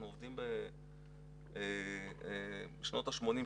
אנחנו עובדים בשנות ה-70,